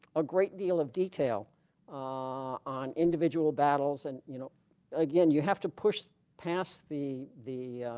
a great deal of detail on individual battles and you know again you have to push past the the